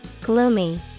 Gloomy